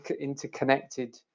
interconnected